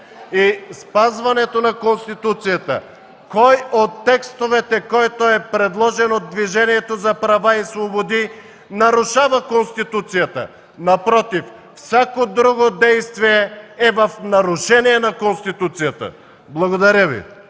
и спазването на Конституцията! Кой от текстовете, който е предложен от Движението за права и свободи, нарушава Конституцията? Напротив, всяко друго действие е в нарушение на Конституцията! Благодаря Ви.